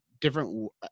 different